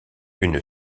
une